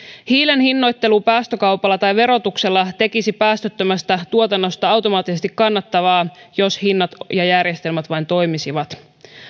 hiilen hinnoittelu päästökaupalla tai verotuksella tekisi päästöttömästä tuotannosta automaattisesti kannattavaa jos hinnat ja järjestelmät vain toimisivat